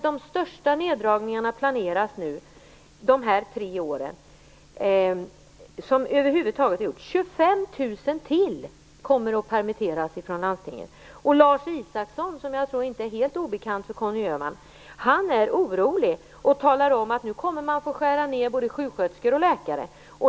De största neddragningarna planeras nu för de kommande tre åren. Ytterligare 25 000 landstingsanställda kommer att permitteras. Lars Isaksson, som inte är helt obekant för Conny Öhman, är orolig. Han säger att nu kommer man att få skära ned vad gäller både sjuksköterskor och läkare.